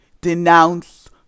denounce